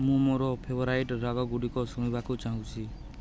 ମୁଁ ମୋର ଫେଭରାଇଟ୍ ରାଗଗୁଡ଼ିକ ଶୁଣିବାକୁ ଚାହୁଁଛି